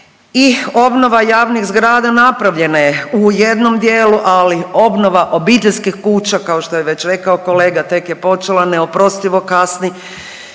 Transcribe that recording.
i obnova javnih zgrada napravljena je u jednom dijelu, ali obnova obiteljskih kuća kao što je već rekao kolega tek je počela, neoprostivo kasni